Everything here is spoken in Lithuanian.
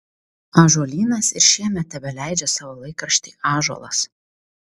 ąžuolynas ir šiemet tebeleidžia savo laikraštį ąžuolas